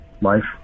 life